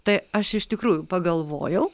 tai aš iš tikrųjų pagalvojau